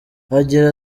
agira